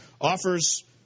offers